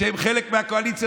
שהם חלק מהקואליציה,